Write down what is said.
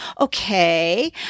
Okay